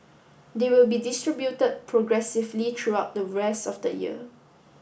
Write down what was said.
they will be distributed progressively throughout the rest of the year